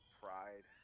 pride